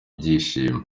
byishimo